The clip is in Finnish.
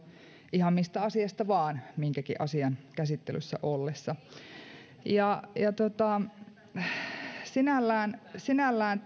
ihan mistä asiasta vain minkäkin asian käsittelyssä ollessa sinällään sinällään